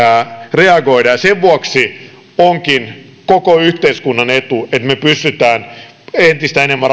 reagoida sen vuoksi onkin koko yhteiskunnan etu että me pystymme entistä enemmän